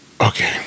Okay